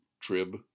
trib